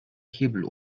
hebel